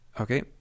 okay